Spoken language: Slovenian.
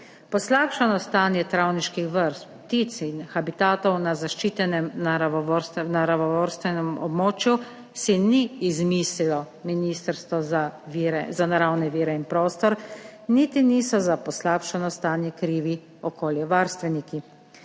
Poslabšano stanje travniških vrst, ptic in habitatov na zaščitenem naravovarstvenem območju si ni izmislilo Ministrstvo za naravne vire in prostor, niti niso za poslabšano stanje krivi okoljevarstveniki.